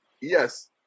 yes